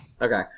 Okay